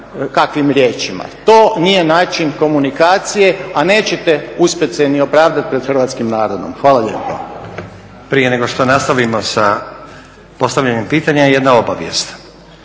kakvim riječima. To nije način komunikacije a nećete uspjeti se ni opravdati pred hrvatskim narodom. Hvala lijepo. **Stazić, Nenad (SDP)** Prije nego što nastavimo sa postavljanjem pitanja jedna obavijest.